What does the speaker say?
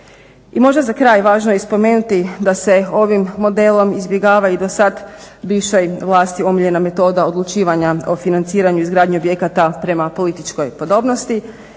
I možda za kraj važno je i spomenuti da se ovim modelom izbjegava i dosad bivše vlasti omiljena metoda odlučivanja o financiranju i izgradnji objekata prema političkoj podobnosti.